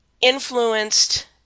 influenced